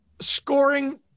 scoring